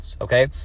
Okay